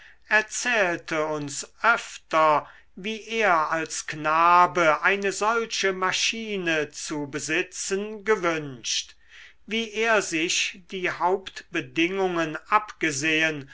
erzählte uns öfter wie er als knabe eine solche maschine zu besitzen gewünscht wie er sich die hauptbedingungen abgesehen